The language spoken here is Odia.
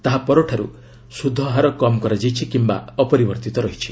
ତାହା ପରଠାରୁ ସୁଧହାର କମ୍ କରାଯାଇଛି କିମ୍ବା ଅପରିବର୍ତ୍ତିତ ରହିଛି